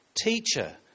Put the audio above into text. Teacher